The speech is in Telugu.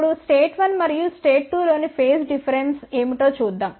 ఇప్పుడు స్టేట్ 1 మరియు స్టేట్ 2 లోని ఫేజ్ డిఫరెన్సెస్ ఏమిటో చూద్దాం